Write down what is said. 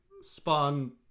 Spawn